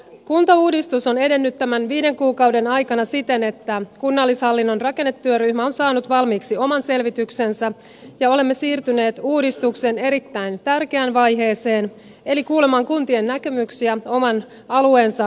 kuntauudistus on edennyt näiden viiden kuukauden aikana siten että kunnallishallinnon rakenne työryhmä on saanut valmiiksi oman selvityksensä ja olemme siirtyneet uudistuksen erittäin tärkeään vaiheeseen eli kuulemaan kuntien näkemyksiä oman alueensa tulevaisuudesta